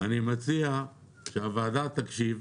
אני מציע שגם הוועדה תקשיב.